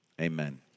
amen